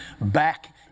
back